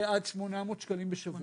עד 800 שקלים בשבוע,